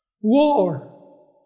War